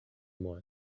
more